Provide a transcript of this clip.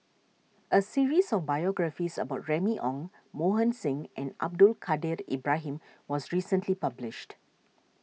a series of biographies about Remy Ong Mohan Singh and Abdul Kadir Ibrahim was recently published